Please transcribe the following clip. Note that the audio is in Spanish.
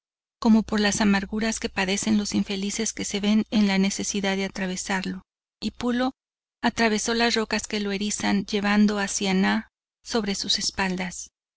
como por las amarguras que padecen los infelices que se ven en la necesidad de atravesarlo y pulo atravesó las rocas que lo erizan llevando a siannah sobre sus espaldas